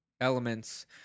elements